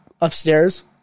upstairs